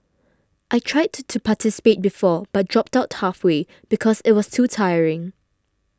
I tried to participate before but dropped out halfway because it was too tiring